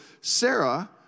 Sarah